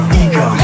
ego